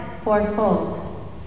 fourfold